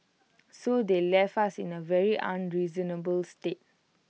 so they left us in A very unreasonable state